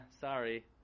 sorry